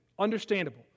understandable